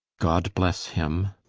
god blesse him